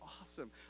awesome